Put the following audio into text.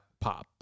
pop